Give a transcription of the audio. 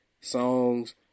songs